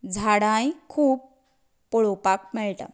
झाडांय खूब पळोवपाक मेळटा